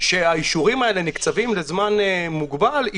שהאישורים האלה מוקצבים לזמן מוגבל,